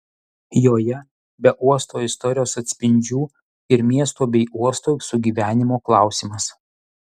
joje be uosto istorijos atspindžių ir miesto bei uosto sugyvenimo klausimas